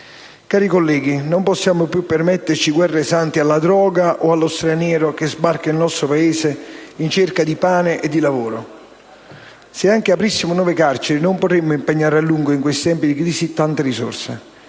Cari colleghi, non possiamo più permetterci guerre sante alla droga o allo straniero che sbarca nel nostro Paese in cerca di pane e di lavoro. Se anche aprissimo nuove carceri, non potremmo impegnare a lungo, in questi tempi di crisi, tante risorse.